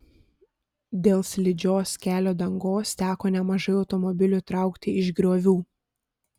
dėl slidžios kelio dangos teko nemažai automobilių traukti iš griovių